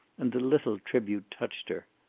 and the little tribute touched her.